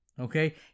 Okay